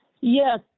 Yes